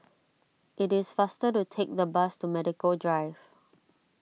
it is faster to take the bus to Medical Drive